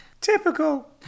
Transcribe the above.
Typical